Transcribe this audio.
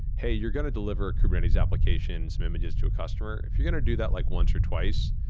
hey, you're going to deliver kubernetes applications, some images to a customer. if you going to do that like once or twice,